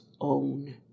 own